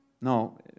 No